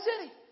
city